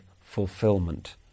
fulfillment